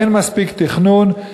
אין מספיק תכנון.